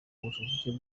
ubucucike